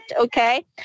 okay